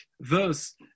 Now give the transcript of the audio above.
verse